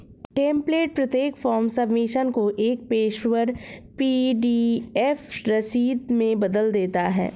template प्रत्येक form submission को एक पेशेवर पी.डी.एफ रसीद में बदल देता है